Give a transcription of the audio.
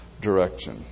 direction